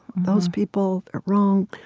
those people are wrong.